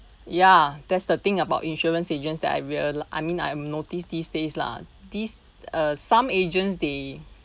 ya that's the thing about insurance agents that I reali~ I mean I notice these days lah these uh some agents they